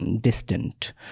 distant